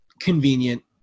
convenient